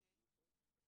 נכון.